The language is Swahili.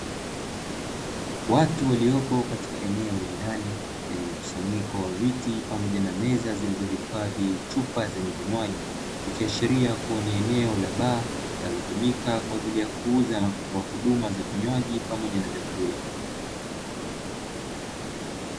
Watu waliopo katika eneo la ndani, lenye mkusanyiko wa viti pamoja na meza zilizohifadhi chupa zenye vinywaji. Ikiashiria kuwa ni eneo la baa linalotumika kwa ajili ya kuuza pamoja na kutoa huduma za vinywaji pamoja na vyakula.